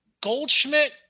Goldschmidt